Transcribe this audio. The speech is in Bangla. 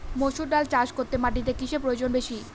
মুসুর ডাল চাষ করতে মাটিতে কিসে প্রয়োজন বেশী?